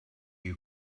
you